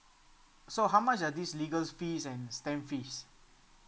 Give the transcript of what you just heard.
so how much are these legal fees and stamp fees